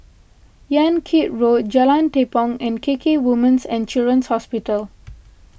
Yan Kit Road Jalan Tepong and K K Women's and Children's Hospital